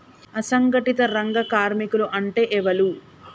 అసంఘటిత రంగ కార్మికులు అంటే ఎవలూ?